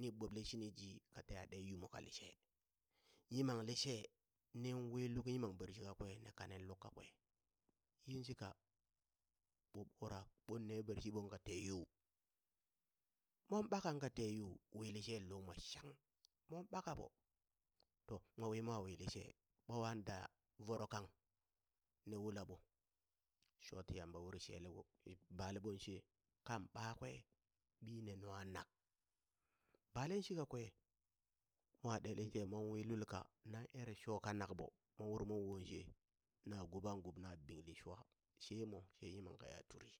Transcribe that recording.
ni boɓle shini ji ka teha ɗee yumo ka lishe, yimang lishe nin wi luk yimang bershi kakwe ni kannen luk kakwe yinshika ɓo ɓurak ɓon ne bershi ɓoŋ ka teyu, mon ɓakaŋ ka te yu wi lishe lomo shang mon ɓakaɓo to mowi mo wi lishe ɓawan daa voro kang ni wulaɓo shoti Yamba wuri sheleɓo baleɓon she, kan ɓakwe ɓi ne nungha na, balen shi kakwe mwa ɗe lishe mon wi lul ka nan ere sho kanakɓo mon urmon woŋ she na guɓangub na binglin shwa, shemo she yimang kaya turi.